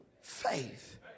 faith